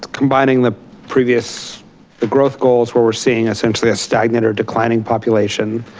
combining the previous ah growth goals where we're seeing essentially a stagnant or declining population